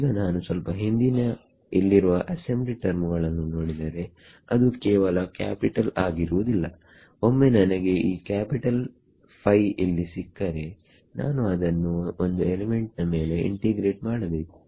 ಈಗ ನಾನು ಸ್ವಲ್ಪ ಹಿಂದಿನ ಇಲ್ಲಿರುವ ಅಸೆಂಬ್ಲಿ ಟರ್ಮುಗಳನ್ನು ನೋಡಿದರೆ ಅದು ಕೇವಲ ಕ್ಯಾಪಿಟಲ್ ಆಗಿರುವುದಿಲ್ಲ ಒಮ್ಮೆ ನನಗೆ ಈ ಕ್ಯಾಪಿಟಲ್ ಫೈ ಇಲ್ಲಿ ಸಿಕ್ಕರೆ ನಾನು ಅದನ್ನು ಒಂದು ಎಲಿಮೆಂಟ್ ನ ಮೇಲೆ ಇಂಟಿಗ್ರೇಟ್ ಮಾಡಬೇಕು